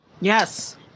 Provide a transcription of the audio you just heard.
Yes